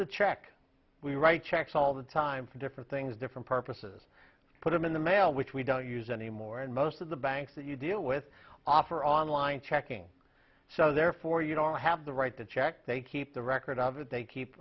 the check we write checks all the time for different things different purposes put them in the mail which we don't use anymore and most of the banks that you deal with offer online checking so therefore you don't have the right to check they keep the record of it they keep